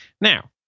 Now